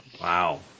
Wow